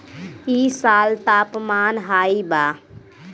इ साल तापमान हाई बा